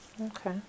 Okay